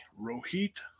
Rohit